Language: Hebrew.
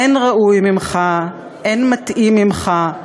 אין ראוי ממך, אין מתאים ממך.